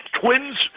twins